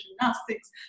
gymnastics